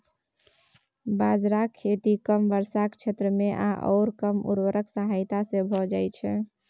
बाजराक खेती कम वर्षाक क्षेत्रमे आओर कम उर्वरकक सहायता सँ भए जाइत छै